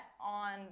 on